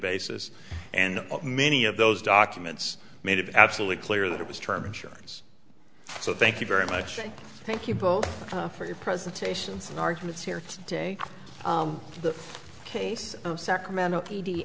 basis and many of those documents made it absolutely clear that it was term insurance so thank you very much and thank you both for your presentations and arguments here today to the case of sacramento